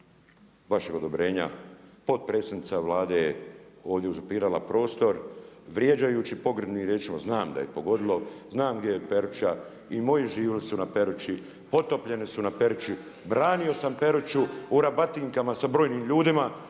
vašeg odobrenja, potpredsjednica Vlade je ovdje uzurpirala prostor, vrijeđajući pogrebnim riječima, znam da je ju je pogodilo, znam gdje je Peruća i moj život su na Perući, potopljeni su na Perući, branio sam Peruću u rabatinkama sa brojnim ljudima